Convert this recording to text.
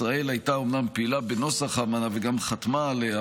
ישראל אומנם הייתה פעילה בנוסח האמנה וגם חתמה עליה,